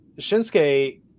Shinsuke